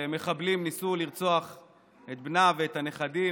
שמחבלים ניסו לרצוח את בנה ואת הנכדים.